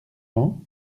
rends